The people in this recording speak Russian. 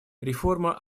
реформа